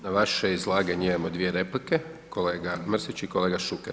Na vaše izlaganje imamo dvije replike, kolega Mrsić i kolega Šuker.